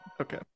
Okay